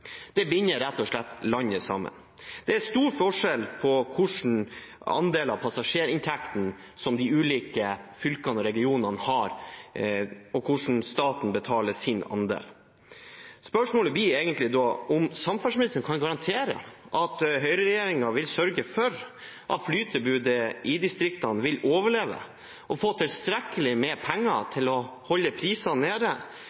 Det binder rett og slett landet sammen. Det er stor forskjell på hvilken andel av passasjerinntekten de ulike fylkene og regionene har, og hvordan staten betaler sin andel. Spørsmålet blir egentlig da om samferdselsministeren kan garantere at høyreregjeringen vil sørge for at flytilbudet i distriktene vil overleve og få tilstrekkelig med penger til å holde prisene nede,